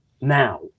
now